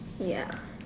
ya